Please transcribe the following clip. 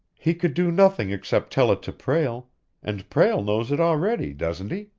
he could do nothing except tell it to prale and prale knows it already, doesn't he?